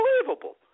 Unbelievable